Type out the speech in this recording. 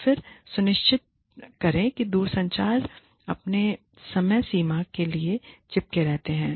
फिर सुनिश्चित करें कि दूरसंचार अपने समय सीमा के लिए चिपके रहते हैं